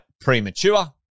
premature